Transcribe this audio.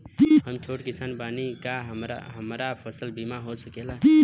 हम छोट किसान बानी का हमरा फसल बीमा हो सकेला?